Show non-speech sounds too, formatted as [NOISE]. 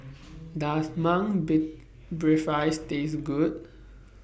Does Mung [UNINTELLIGIBLE] Taste Good